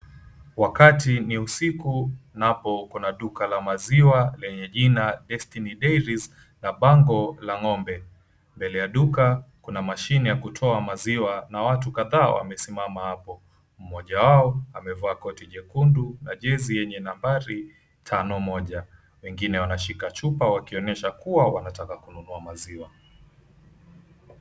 Wakati ni usiku napo kunaduka la maziwa lenye jina Destiny Dairies na bango la ng'ombe. Mbele ya duka kuna mashine ya kutoa maziwa na watu kadhaa wamesimama hapo. Mmoja wao amevaa koti jekundu, jezi yenye nambari tano moja. Wengine wameshika chupa kuonyesha kuwa wanataka kununua maziwa.